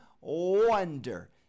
wonder